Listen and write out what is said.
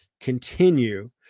continue